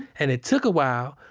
and it took a while,